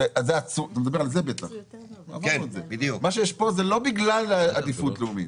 מה שיש פה זה לא בגלל עדיפות לאומית.